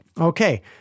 okay